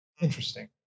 interesting